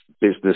Business